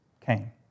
came